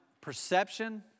perception